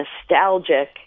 nostalgic